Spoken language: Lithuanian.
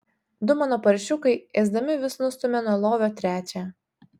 du mano paršiukai ėsdami vis nustumia nuo lovio trečią